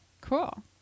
Cool